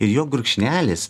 ir jo gurkšnelis